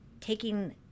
taking